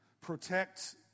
protect